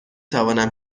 توانم